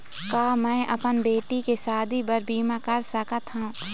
का मैं अपन बेटी के शादी बर बीमा कर सकत हव?